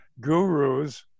gurus